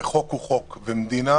וחוק הוא חוק, ומדינה